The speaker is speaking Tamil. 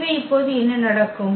எனவே இப்போது என்ன நடக்கும்